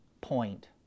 point